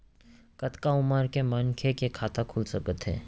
कतका उमर के मनखे के खाता खुल सकथे?